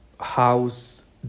house